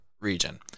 region